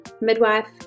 midwife